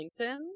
LinkedIn